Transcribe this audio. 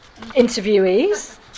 interviewees